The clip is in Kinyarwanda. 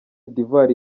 d’ivoire